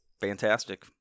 Fantastic